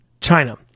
China